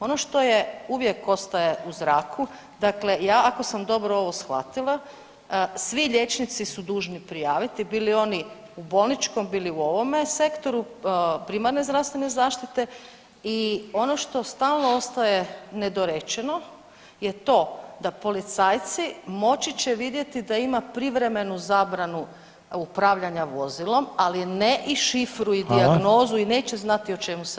Ono što je uvijek ostaje u zraku, dakle ja ako sam dobro ovo shvatila, svi liječnici su dužni prijaviti, bili oni u bolničkom, bili u ovome sektoru, primarne zdravstvene zaštite i ono što stalno ostaje nedorečeno je to da policajci moći će vidjeti da ima privremenu zabranu upravljanja vozilom, ali ne i šifri i dijagnozu, [[Upadica: Hvala.]] i neće znati o čemu se radi?